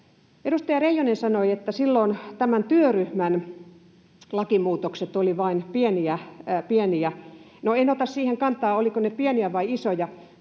Edustaja Reijonen sanoi, että silloin tämän työryhmän lakimuutokset olivat vain pieniä. No, en ota siihen kantaa, olivatko ne pieniä vai isoja,